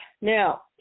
Now